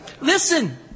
Listen